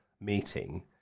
meeting